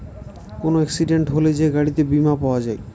কোন এক্সিডেন্ট হলে যে গাড়িতে বীমা পাওয়া যায়